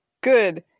Good